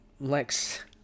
lex